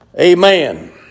Amen